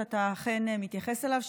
שאתה אכן מתייחס אליו,